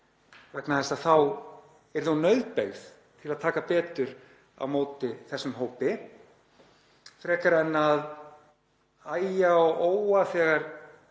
vegna þess að þá yrði hún nauðbeygð til að taka betur á móti þessum hópi frekar en að æja og óa þegar